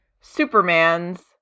Superman's